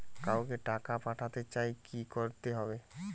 কাউকে টাকা পাঠাতে চাই কি করতে হবে?